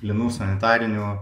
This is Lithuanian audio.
plynų sanitarinių